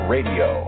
Radio